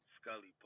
Scully